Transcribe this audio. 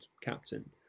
captain